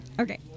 Okay